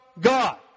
God